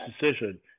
decision